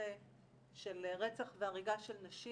בנושא של רצח והריגה של נשים.